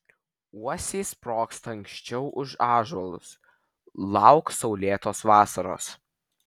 uosiai sprogsta anksčiau už ąžuolus lauk saulėtos vasaros